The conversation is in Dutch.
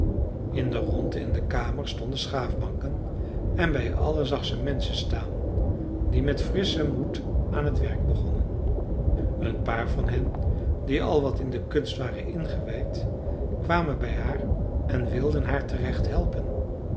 in de rondte in de kamer stonden schaafbanken en bij allen zag ze menschen staan die met frisschen moed aan t werk begonnen een paar van hen die al wat in de kunst waren ingewijd kwamen bij haar en wilden haar terecht helpen